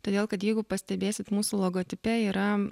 todėl kad jeigu pastebėsit mūsų logotipe yra